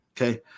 Okay